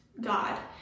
God